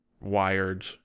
wired